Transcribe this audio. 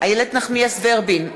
איילת נחמיאס ורבין,